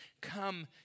come